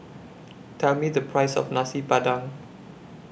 Tell Me The Price of Nasi Padang